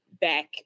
Back